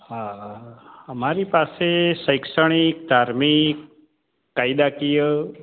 હાં હાં હાં અમારી પાસે શૈક્ષણિક ધાર્મિક કાયદાકીય